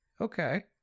Okay